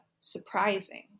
surprising